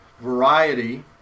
variety